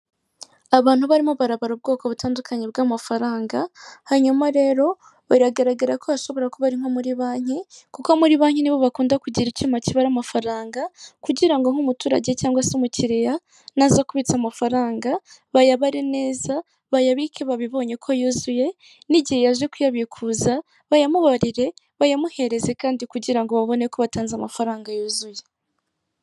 Abantu barimo barabara ubwoko butandukanye bw'amafaranga, hanyuma rero biragaragara ko bashobora kuba ari nko muri banki, kuko muri banki nibo bakunda kugira icyuma kibara amafaranga kugirango nk'umuturage cyangwa se umukiriya naza kubitsa amafaranga, bayabare neza bayabike babibonye ko yuzuye n'igihe yaje kuyabikuza bayamubabarire, bayamuhereze kandi kugira ngo babone ko batanze amafaranga yuzuye.